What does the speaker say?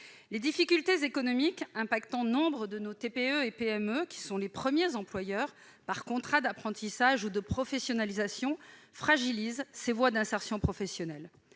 Les difficultés économiques qui touchent nombre de nos TPE et PME, qui sont les premiers employeurs, par contrats d'apprentissage ou de professionnalisation, de notre pays, fragilisent ces voies d'insertion professionnelle.